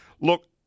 Look